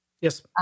Yes